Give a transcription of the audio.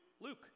Luke